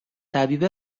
طبیب